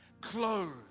clothed